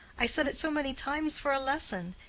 i said it so many times for a lesson.